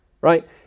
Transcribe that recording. right